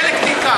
כן.